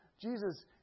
Jesus